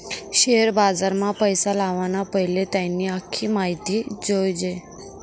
share बजारमा पैसा लावाना पैले त्यानी आख्खी माहिती जोयजे